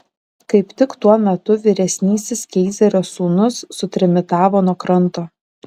kaip tik tuo metu vyresnysis keizerio sūnus sutrimitavo nuo kranto